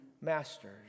masters